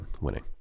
winning